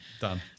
Done